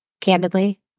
candidly